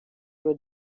were